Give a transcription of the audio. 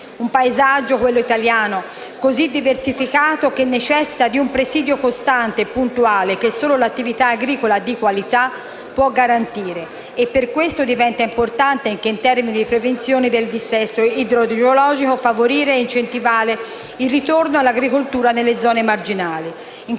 un paesaggio, quello italiano, così diversificato che necessita di un presidio costante e puntuale che solo l'attività agricola di qualità può garantire. E per questo diventa importante, anche in termini di prevenzione del dissesto idrogeologico, favorire e incentivare il ritorno all'agricoltura nelle zone marginali.